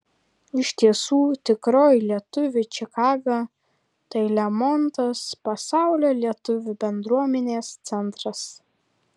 iš tiesų tikroji lietuvių čikaga tai lemontas pasaulio lietuvių bendruomenės centras